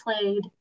played